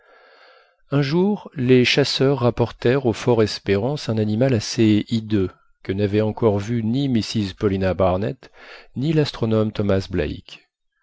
un jour les chasseurs rapportèrent au fort espérance un animal assez hideux que n'avaient encore vu ni mrs paulina barnett ni l'astronome thomas black